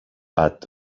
but